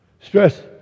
Stress